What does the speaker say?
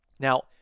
Now